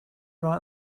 write